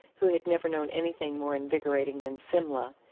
who had never known anything more invigorating than simla,